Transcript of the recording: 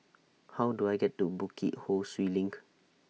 How Do I get to Bukit Ho Swee LINK